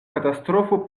katastrofo